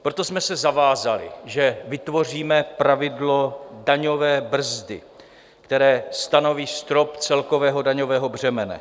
Proto jsme se zavázali, že vytvoříme pravidlo daňové brzdy, které stanoví strop celkového daňového břemene.